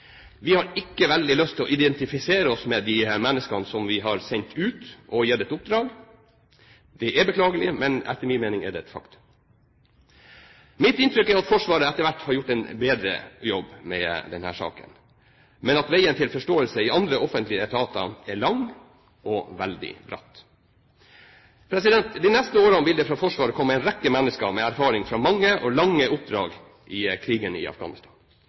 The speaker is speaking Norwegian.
Vi har ikke veldig lyst til å identifisere oss med disse menneskene som vi har sendt ut og gitt et oppdrag. Dette er beklagelig, men etter min mening er det et faktum. Mitt inntrykk er at Forsvaret etter hvert har gjort en bedre jobb med denne saken, men at veien til forståelse i andre offentlige etater er lang og veldig bratt. De neste årene vil det fra Forsvaret komme en rekke mennesker med erfaring fra mange og lange oppdrag i krigen i Afghanistan.